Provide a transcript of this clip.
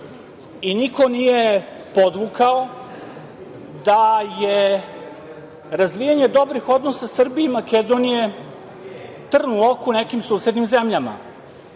i niko nije podvukao da je razvijanje dobrih odnosa Srbije i Makedonije trn u oku nekim susednim zemljama.